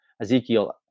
Ezekiel